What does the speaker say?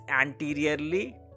anteriorly